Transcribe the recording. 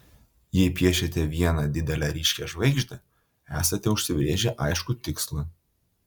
jei piešiate vieną didelę ryškią žvaigždę esate užsibrėžę aiškų tikslą